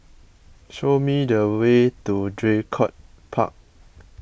show me the way to Draycott Park